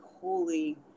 holy